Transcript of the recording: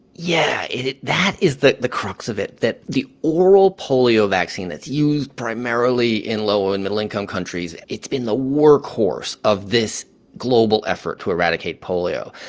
yeah. that is the the crux of it, that the oral polio vaccine that's used primarily in low and middle-income countries it's been the workhorse of this global effort to eradicate polio.